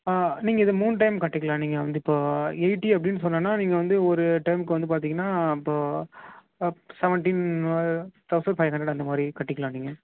ஆ நீங்கள் இதை மூண் டைம் கட்டிக்கலாம் நீங்கள் வந்து இப்போ எயிட்டி அப்படின்னு சொன்னனா நீங்கள் வந்து ஒரு டைம்க்கு வந்து பார்த்திங்ன்னா இப்போ செவன்ட்டின் தெளசண்ட் ஃபைவ் ஹண்ட்ரட் அந்த மாதிரி கட்டிக்கலாம் நீங்கள்